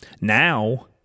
Now